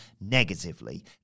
negatively